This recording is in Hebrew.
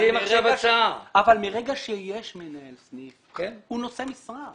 אבל מרגע שיש מנהל סניף, הוא נושא משרה.